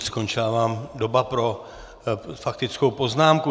Skončila vám doba pro faktickou poznámku.